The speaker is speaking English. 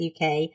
UK